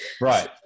Right